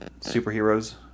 superheroes